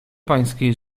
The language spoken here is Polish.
pańskiej